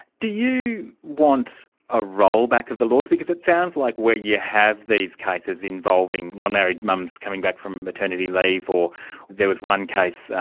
do you want a rollback of the laws? because it sounds like where you have these cases involving non-married mums coming back from maternity leave or there was one case,